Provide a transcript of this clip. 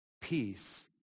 peace